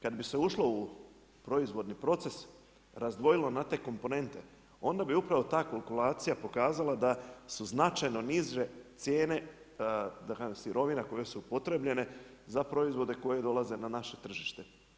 Kad bi se ušlo u proizvodni proces, razdvojilo na te komponente, onda bi upravo ta kalkulacija pokazala da su značajno niže cijene sirovina koje su upotrjebljene za proizvode koje dolaze na naše tržište.